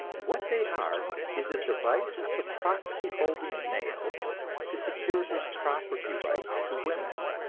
what they are is a device of the property-holding male to secure his property rights to women,